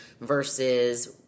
versus